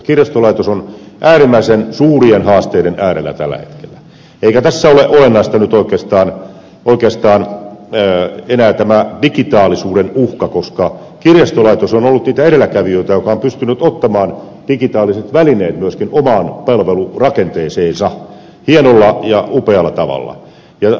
kirjastolaitos on tällä hetkellä äärimmäisen suurien haasteiden äärellä eikä tässä ole olennaista nyt oikeastaan enää tämä digitaalisuuden uhka koska kirjastolaitos on ollut niitä edelläkävijöitä jotka ovat pystyneet ottamaan digitaaliset välineet myöskin omaan palvelurakenteeseensa hienolla ja upealla tavalla